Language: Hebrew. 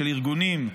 של ארגונים,